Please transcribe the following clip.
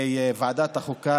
לוועדת החוקה,